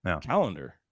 calendar